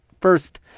first